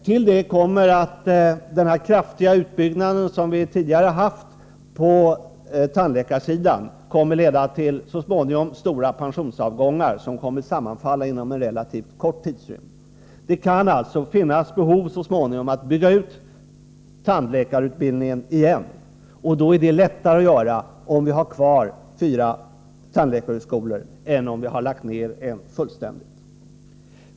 Till detta kommer att den kraftiga utbyggnad av tandläkarutbildningen som vi tidigare genomfört så småningom kommer att leda till stora pensionsavgångar inom en relativt kort tidrymd. I en framtid kan det alltså uppstå behov av att bygga ut tandläkarutbildningen igen. En sådan utbyggnad blir lättare att göra om vi har kvar fyra högskolor än om vi har lagt ner en av dem fullständigt.